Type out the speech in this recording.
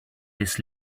this